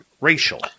racial